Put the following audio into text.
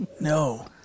No